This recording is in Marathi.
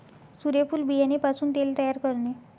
सूर्यफूल बियाणे पासून तेल तयार करणे